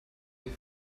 die